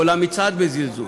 או התייחס למצעד בזלזול,